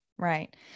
Right